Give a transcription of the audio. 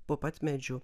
po pat medžiu